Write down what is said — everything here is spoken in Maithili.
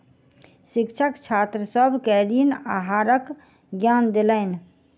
शिक्षक छात्र सभ के ऋण आहारक ज्ञान देलैन